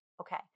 Okay